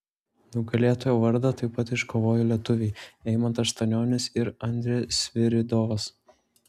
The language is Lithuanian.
nugalėtojo vardą taip pat iškovojo lietuviai eimantas stanionis ir andrė sviridovas